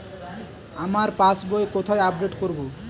আমার পাস বই কোথায় আপডেট করব?